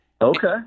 Okay